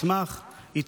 הוא מקבל 306 שקלים ליום,